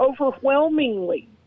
overwhelmingly